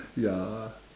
ya